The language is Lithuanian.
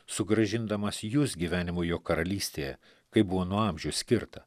sugrąžindamas jus gyvenimui jo karalystėje kaip buvo nuo amžių skirta